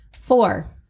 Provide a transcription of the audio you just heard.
Four